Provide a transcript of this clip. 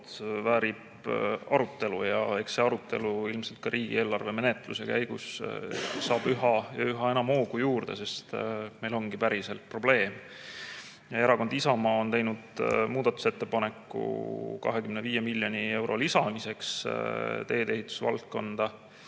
väärib arutelu ja eks see arutelu ilmselt ka riigieelarve menetluse käigus saab üha ja üha enam hoogu juurde, sest meil ongi päriselt probleem. Erakond Isamaa on teinud muudatusettepaneku 25 miljoni euro lisamiseks teedeehitusvaldkonda,